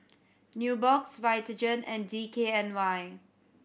Nubox Vitagen and D K N Y